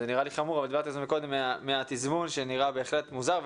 וזה נראה לי חמור מהתזמון שנראה בהחלט מוזר,